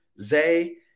Zay